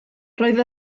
roedd